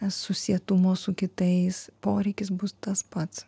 susietumo su kitais poreikis bus tas pats